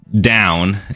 down